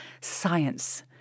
science